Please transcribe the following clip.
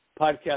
podcast